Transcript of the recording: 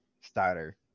starter